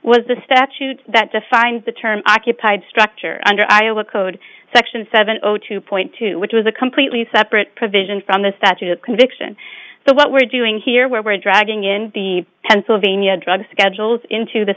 was the statute that defined the term occupied structure under iowa code section seven zero zero two point two which was a completely separate provision from the statute conviction so what we're doing here were dragging in the pennsylvania drug schedules into the